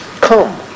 come